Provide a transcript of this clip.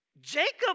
Jacob